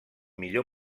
millor